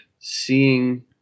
seeing